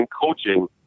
coaching